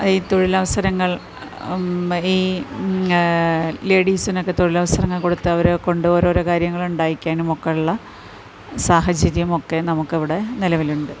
ഈ തൊഴിലവസരങ്ങൾ ഈ ലേഡീസിനൊക്കെ തൊഴിലവസരങ്ങൾ കൊടുത്ത് അവരെ കൊണ്ട് ഓരോരോ കാര്യങ്ങൾ ഉണ്ടാക്കിക്കാനും ഒക്കെ ഉള്ള സാഹചര്യം ഒക്കെ നമുക്കവിടെ നിലവിലുണ്ട്